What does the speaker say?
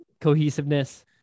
cohesiveness